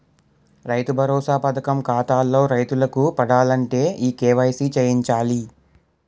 రైతు భరోసా పథకం ఖాతాల్లో రైతులకు పడాలంటే ఈ కేవైసీ చేయించాలి